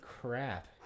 crap